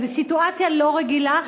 זו סיטואציה לא רגילה.